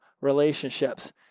relationships